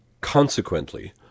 Consequently